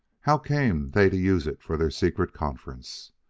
how came they to use it for their secret conference?